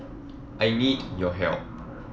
I need your help